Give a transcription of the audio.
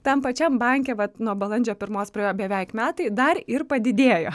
tam pačiam banke vat nuo balandžio pirmos praėjo beveik metai dar ir padidėjo